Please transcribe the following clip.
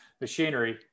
machinery